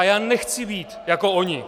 Já nechci být jako oni!